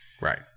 Right